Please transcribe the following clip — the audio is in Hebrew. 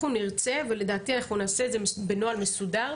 נרצה ולדעתי אנחנו נעשה את זה בנוהל מסודר,